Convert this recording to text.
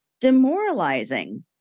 demoralizing